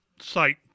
site